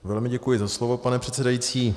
Velmi děkuji za slovo, pane předsedající.